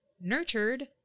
nurtured